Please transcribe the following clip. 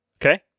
Okay